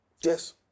Yes